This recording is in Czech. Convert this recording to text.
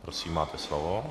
Prosím, máte slovo.